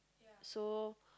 so